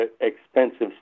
expensive